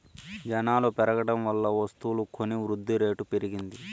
జనాలు పెరగడం వల్ల వస్తువులు కొని వృద్ధిరేటు పెరిగింది